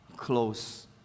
close